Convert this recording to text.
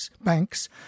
banks